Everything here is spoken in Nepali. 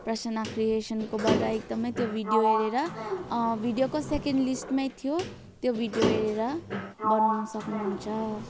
प्रसना क्रिएसनकोबाट एकदमै त्यो भिडियो हेरेर भिडियोको सेकेन्ड लिस्टमै थियो त्यो भिडियो हेरेर बनाउन सक्नुहुन्छ